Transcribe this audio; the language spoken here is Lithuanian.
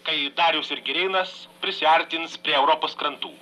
kai darius ir girėnas prisiartins prie europos krantų